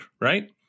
right